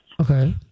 Okay